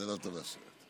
זה לא טוב לסרט.